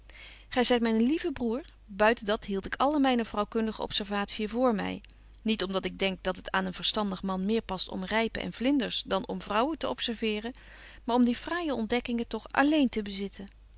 gy zyt myn lieve broêr buiten dat hield ik alle myne vrouwkundige observatien voor my niet om dat ik denk dat het aan een verstandig man meer past om rypen en vlinders dan om vrouwen te observeeren maar om die fraaije ontdekkingen toch alléén te bezitten